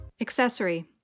Accessory